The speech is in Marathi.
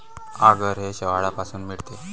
आगर हे शेवाळापासून मिळते